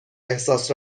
احساس